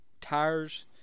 tires